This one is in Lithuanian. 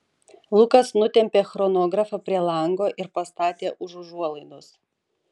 lukas nutempė chronografą prie lango ir pastatė už užuolaidos